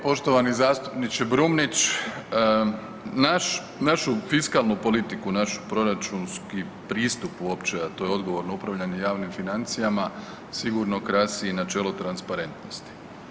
Poštovani zastupniče Brumnić, našu fiskalnu politiku, naš proračunski pristup uopće, a to je odgovorno upravljanje javnim financijama sigurno krasi i načelo transparentnosti.